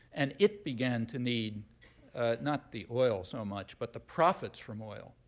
and it began to need not the oil, so much, but the profits from oil.